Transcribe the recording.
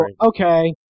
okay